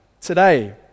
today